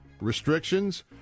restrictions